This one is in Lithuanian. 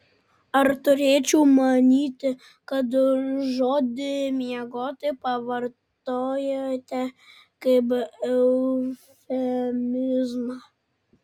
ar turėčiau manyti kad žodį miegoti pavartojote kaip eufemizmą